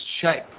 shape